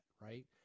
right